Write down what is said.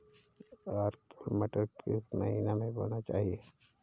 Arkel मटर किस महीना में बोना चाहिए?